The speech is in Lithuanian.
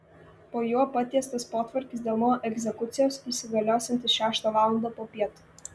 po juo patiestas potvarkis dėl mano egzekucijos įsigaliosiantis šeštą valandą popiet